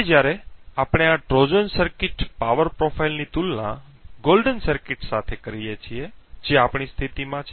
હવે જ્યારે આપણે આ ટ્રોઝન સર્કિટ પાવર પ્રોફાઇલની તુલના golden સર્કિટ સાથે કરીએ છીએ જે આપણી સ્થિતિમાં છે